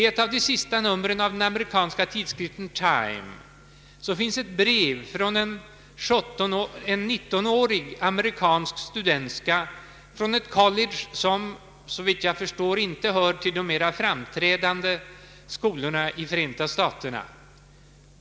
I ett av de senaste numren av den amerikanska tidskriften Time återges ett brev från en 19-årig amerikansk studentska vid ett college som såvitt jag förstår inte hör till de mer framträdande skolorna i Förenta staterna.